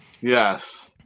Yes